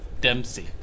Dempsey